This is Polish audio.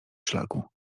szlaku